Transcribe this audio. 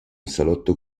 salotto